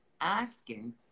asking